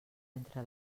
entre